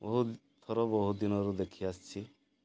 ବହୁତ ଥର ବହୁତ ଦିନରୁ ଦେଖିଆସିଛି